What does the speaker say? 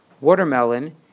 watermelon